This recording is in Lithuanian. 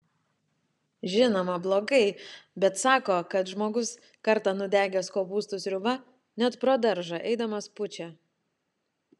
žinoma blogai bet sako kad žmogus kartą nudegęs kopūstų sriuba net pro daržą eidamas pučia